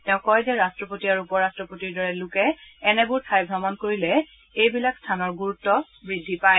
তেওঁ কয় যে ৰট্টপতি আৰু উপ ৰট্টপতি দৰে লোকে এনেবোৰ ঠাই ভ্ৰমণ কৰিলে এইবিলাক স্থানৰ গুৰুত্ব বৃদ্ধি পায়